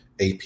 AP